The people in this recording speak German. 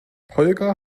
holger